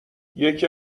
یکی